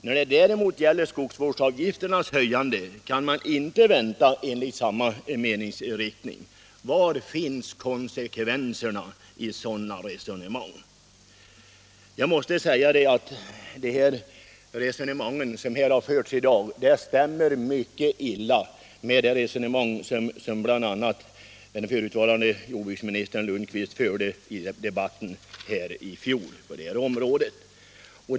När det däremot gäller skogsvårdsavgifternas höjande kan man inte vänta, enligt samma meningsriktning. Var finns konsekvensen i sådana resonemang? De uttalanden som har gjorts här i dag stämmer mycket illa med det resonemang som bl.a. förutvarande jordbruksministern Lundkvist förde i debatten på det här området i fjol.